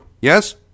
Yes